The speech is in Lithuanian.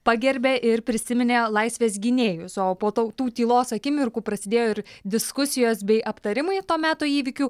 pagerbė ir prisiminė laisvės gynėjus o po tau tų tylos akimirkų prasidėjo ir diskusijos bei aptarimai to meto įvykių